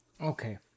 Okay